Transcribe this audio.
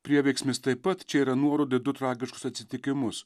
prieveiksmis taip pat čia yra nuoroda į du tragiškus atsitikimus